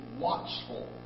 watchful